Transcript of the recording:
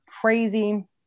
crazy